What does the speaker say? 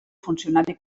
funcionari